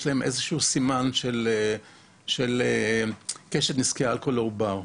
יש להם איזשהו סימן של קשת נזקי האלכוהול לעובר.